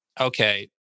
okay